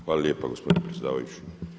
Hvala lijepa gospodine predsjedavajući.